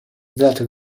that